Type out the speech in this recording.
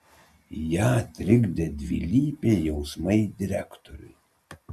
ją trikdė dvilypiai jausmai direktoriui